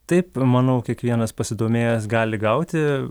taip manau kiekvienas pasidomėjęs gali gauti